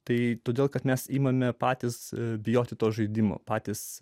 tai todėl kad mes imame patys bijoti to žaidimo patys